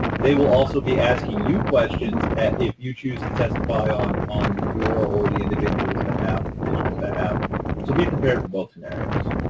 they will also be asking you questions if you choose to testify on on your or the individual's behalf, petitioner's behalf, so be prepared for both scenarios.